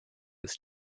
ist